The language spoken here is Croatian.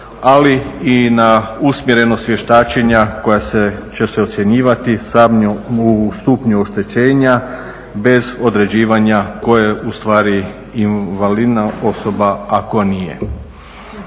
ali i na usmjerenost vještačenja koja će se ocjenjivati u stupnju oštećenja bez određivanja tko je ustvari invalidna osoba, a tko nije.